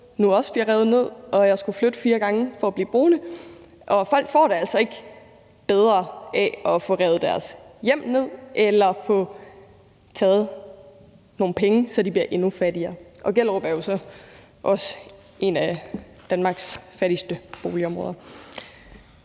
nu også bliver revet ned, og jeg skulle flytte fire gange for at blive boende. Folk får det altså ikke bedre af at få revet deres hjem ned eller få taget nogle penge fra sig, så de bliver endnu fattigere, og Gellerup er jo så også et af Danmarks fattigste boligområder.